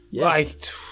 Right